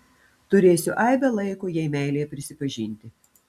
turėsiu aibę laiko jai meilėje prisipažinti